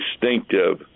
distinctive